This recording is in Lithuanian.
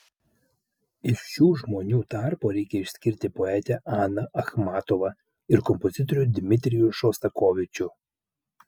iš šių žmonių tarpo reikia išskirti poetę aną achmatovą ir kompozitorių dmitrijų šostakovičių